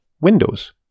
windows